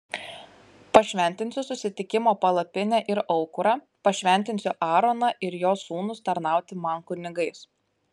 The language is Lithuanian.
pašventinsiu susitikimo palapinę ir aukurą pašventinsiu aaroną ir jo sūnus tarnauti man kunigais